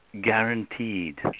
guaranteed